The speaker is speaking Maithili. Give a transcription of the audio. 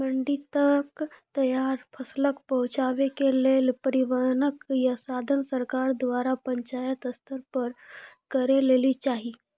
मंडी तक तैयार फसलक पहुँचावे के लेल परिवहनक या साधन सरकार द्वारा पंचायत स्तर पर करै लेली चाही?